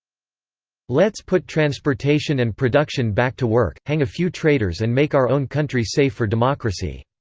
let's put transportation and production back to work, hang a few traitors and make our own country safe for democracy.